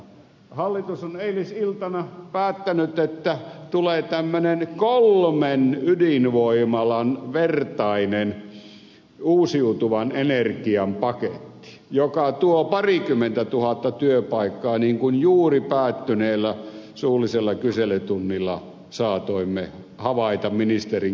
hallitus on eilisiltana päättänyt että tulee tämmöinen kolmen ydinvoimalan vertainen uusiutuvan energian paketti joka tuo parikymmentätuhatta työpaikkaa niin kuin juuri päättyneellä suullisella kyselytunnilla saatoimme havaita ministerin kertomana